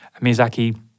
Miyazaki